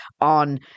on